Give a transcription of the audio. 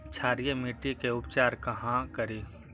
क्षारीय मिट्टी के उपचार कहा करी?